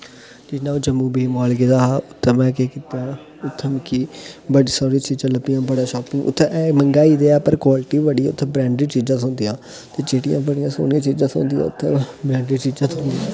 जि'यां आ'ऊं Jammu Wave Mall गेदा हा उत्थें में केह् कीता उत्थें मिकी बड़ी सारी चीजां लब्भियां बड़े शॉपिंग उत्थें ऐ मैंह्गाई ते ऐ क्वालिटी बी बड़ी उत्थें ब्रांडेड चीजां थ्होंदियां ते जेह्ड़ियां बड़ियां सैह्नियां चीजां थ्होंदियां उत्थें ब्रांडेड चीजां थ्होंदियां